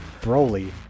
Broly